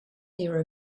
your